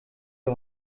wir